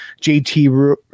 JT